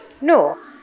no